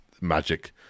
magic